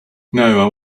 now